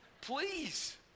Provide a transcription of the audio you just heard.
Please